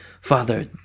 Father